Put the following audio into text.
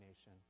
nation